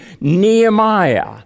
Nehemiah